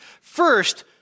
First